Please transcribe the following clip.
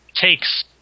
takes